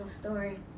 story